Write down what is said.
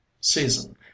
season